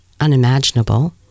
unimaginable